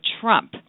Trump